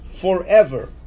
forever